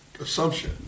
Assumption